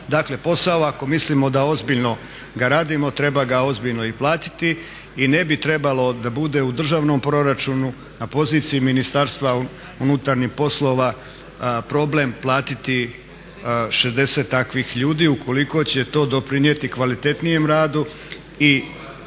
Dakle posao ako mislimo da ozbiljno ga radimo, treba ga ozbiljno i platiti i ne bi trebalo da bude u državnom proračunu na poziciji Ministarstva unutarnjih poslova problem platiti 60 takvih ljudi ukoliko će to doprinijeti kvalitetnijem radu i,